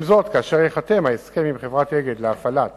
עם זאת, כאשר ייחתם ההסכם עם חברת "אגד" להפעלת